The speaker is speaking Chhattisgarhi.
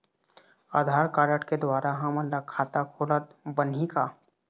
आधार कारड के द्वारा हमन ला खाता खोलत बनही का?